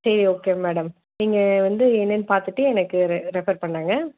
சரி okay madam நீங்கள் வந்து என்னென்னு பார்த்துட்டு எனக்கு ரெ ரெஃப்பர் பண்ணுங்க